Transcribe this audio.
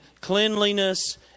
cleanliness